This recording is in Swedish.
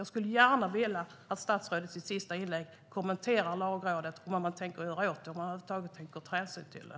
Jag skulle gärna vilja att statsrådet i sitt sista inlägg kommenterar detta med Lagrådet, vad man tänker göra åt det och om man över huvud taget tänker ta hänsyn till det.